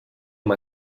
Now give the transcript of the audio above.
amb